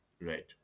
Right